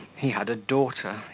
he had a daughter,